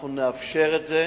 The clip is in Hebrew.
אנחנו נאפשר את זה,